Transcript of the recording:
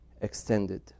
extended